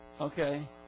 Okay